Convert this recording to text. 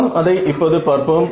நாம் அதை இப்போது பார்ப்போம்